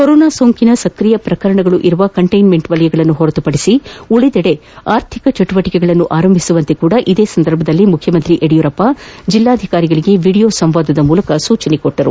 corona ಸೋಂಕಿನ ಸಕ್ರಿಯ ಪ್ರಕರಣಗಳಿರುವ ಕಂಟೈನ್ಸೆಂಟ್ ವಲಯಗಳನ್ನು ಹೊರತುಪಡಿಸಿ ಉಳಿದೆಡೆ ಆರ್ಥಿಕ ಚಟುವಟಿಕೆಗಳನ್ನು ಆರಂಭಿಸುವಂತೆಯೂ ಇದೇ ಸಂದರ್ಭದಲ್ಲಿ ಮುಖ್ಯಮಂತ್ರಿ ಯಡಿಯೂರಪ್ಪ ಜಿಲ್ಲಾಧಿಕಾರಿಗಳಿಗೆ ವಿಡಿಯೋ ಸಂವಾದದ ಮೂಲಕ ಸೂಚಿಸಿದ್ದಾರೆ